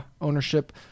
ownership